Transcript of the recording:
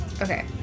Okay